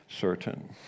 certain